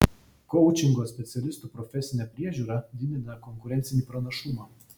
koučingo specialistų profesinė priežiūra didina konkurencinį pranašumą